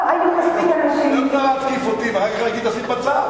את לא יכולה להתקיף אותי ואחר כך להגיד לי לשים בצד.